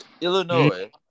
Illinois